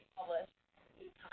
published